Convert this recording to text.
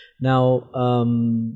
Now